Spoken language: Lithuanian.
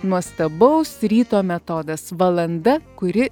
nuostabaus ryto metodas valanda kuri